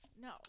No